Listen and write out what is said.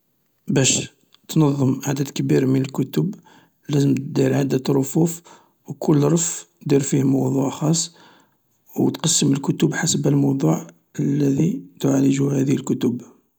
باش نظن عدد كبير من الكتب لازم تدير عدد كبير من الرفوف و كل رف تدير فيه موضوع خاص، و تقسم الكتب حسب الموضوع الذي تعالجه هذه الكتب.